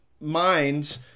minds